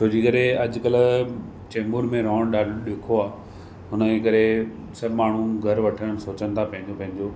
छोजी करे अॼुकल्ह चेम्बूर में रहण ॾाढो ॾुखियो आहे हुनजे करे सभु माण्हू घर वठण सोचनि था पंहिंजो पंहिंजो